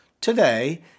Today